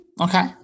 Okay